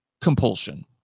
compulsion